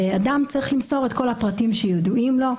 אדם צריך למסור את כל הפרטים שידועים לו,